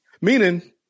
meaning